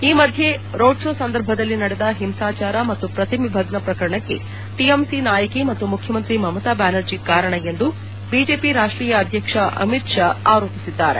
ಈ ಮಧ್ಯೆ road show ಸಂದರ್ಭದಲ್ಲಿ ನಡೆದ ಹಿಂಸಾಚಾರ ಮತ್ತು ಪ್ರತಿಮೆ ಭಗ್ನ ಪ್ರಕರಣಕ್ಕೆ ಟಿಎಂಸಿ ನಾಯಕಿ ಮತ್ತು ಮುಖ್ಯಮಂತ್ರಿ ಮಮತಾ ಬ್ಯಾನರ್ಜಿ ಕಾರಣ ಎಂದು ಬಿಜೆಪಿ ರಾಷ್ಟೀಯ ಅಧ್ಯಕ್ಷ ಅಮಿತ್ ಶಾ ಆರೋಪಿಸಿದ್ದಾರೆ